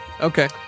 Okay